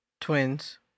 Twins